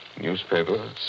newspapers